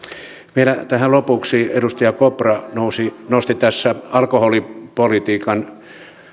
vielä tähän lopuksi edustaja kopra nosti tässä alkoholipolitiikan